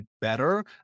better